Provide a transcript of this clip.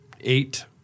eight